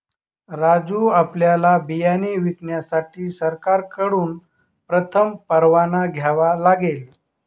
राजू आपल्याला बियाणे विकण्यासाठी सरकारकडून प्रथम परवाना घ्यावा लागेल